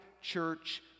church